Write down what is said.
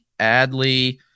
Adley